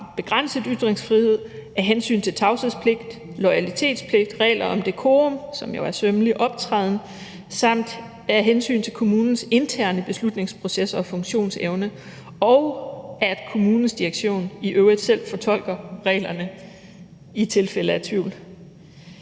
begrænset ytringsfrihed af hensyn til tavshedspligt, loyalitetspligt, regler om dekorum – som jo er sømmelig optræden – samt hensyn til kommunens interne beslutningsprocesser og funktionsevne, og at kommunens direktion i øvrigt selv fortolker reglerne i tilfælde af tvivl.